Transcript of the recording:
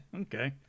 Okay